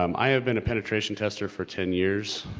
um i have been a penetration tester for ten years.